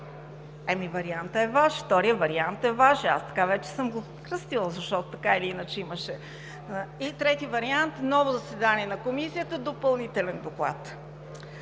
ГЕРБ.) Вариантът е Ваш, вторият вариант е Ваш, аз така вече съм го кръстила, защото така или иначе имаше… И трети вариант – ново заседание на Комисията и допълнителен доклад.